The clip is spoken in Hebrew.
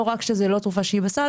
לא רק שזה לא תרופה שהיא בסל,